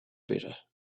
better